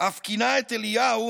אף כינה את אליהו,